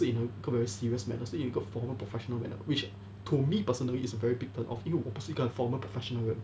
sit in a very serious manner say you got former professional manner which to me personally is a very big turn off 因为我不是一个 formal profession 的人